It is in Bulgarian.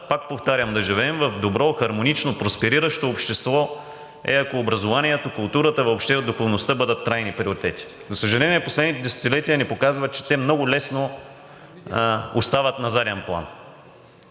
Шансът да живеем в добро, хармонично, проспериращо общество е, ако образованието, културата и въобще духовността бъдат трайни приоритети. За съжаление, последните десетилетия ни показват, че те много лесно остават на заден план,